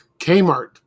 Kmart